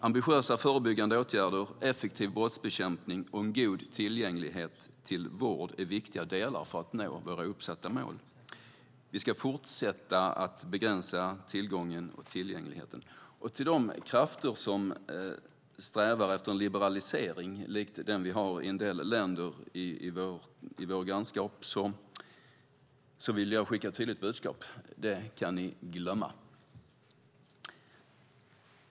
Ambitiösa förebyggande åtgärder, effektiv brottsbekämpning och en god och tillgänglig vård är viktiga delar för att nå våra uppsatta mål. Vi ska fortsätta att begränsa tillgången och tillgängligheten. Till de krafter som strävar efter en liberalisering likt den som finns i en del länder i vårt grannskap vill jag skicka ett tydligt budskap: Det kan ni glömma!